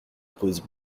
pose